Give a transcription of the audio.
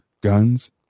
guns